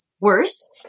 worse